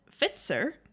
Fitzer